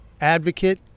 advocate